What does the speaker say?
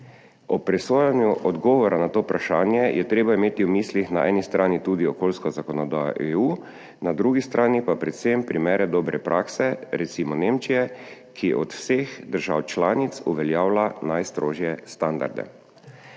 Ob presojanju odgovora na to vprašanje je treba imeti v mislih na eni strani tudi okoljsko zakonodajo EU, na drugi strani pa predvsem primere dobre prakse, recimo Nemčije, ki od vseh držav članic uveljavlja najstrožje standarde.